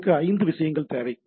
எங்களுக்கு 5 விஷயங்கள் தேவை